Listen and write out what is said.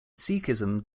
sikhism